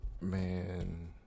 Man